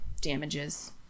damages